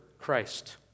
Christ